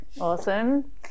Awesome